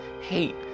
hate